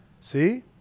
see